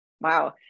Wow